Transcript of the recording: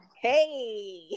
hey